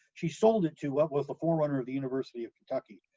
she sold it to what was the forerunner of the university of kentucky,